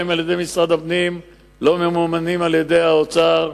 להם על-ידי משרד הפנים לא ממומנים על-ידי האוצר.